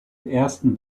ersten